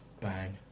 Bang